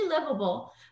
livable